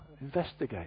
investigate